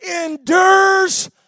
endures